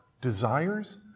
desires